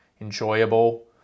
enjoyable